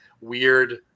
weird